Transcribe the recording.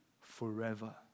forever